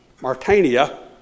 Martania